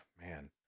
man